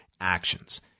actions